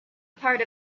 part